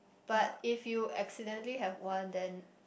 but if you accidentally have one then